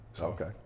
Okay